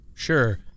Sure